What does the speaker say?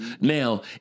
Now